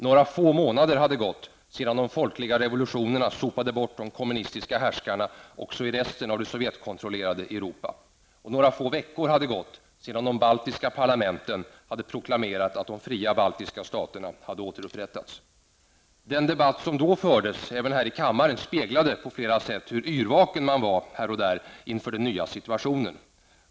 Några få månader hade gått sedan de folkliga revolutionerna sopade bort de kommunistiska härskarna också i resten av det Sovjetkontrollerade Europa. Bara några veckor hade gått sedan de baltiska parlamenten hade proklamerat att de fria baltiska staterna hade återupprättats. Den debatt som fördes för ett år sedan även här i Sveriges riksdag speglade på många sätt hur yrvaken man här och var var inför den nya situationen.